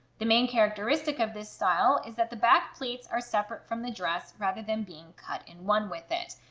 the main characteristic of this style is that the back pleats are separate from the dress rather than being cut in one with it.